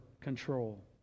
control